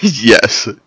Yes